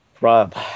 Rob